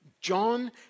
John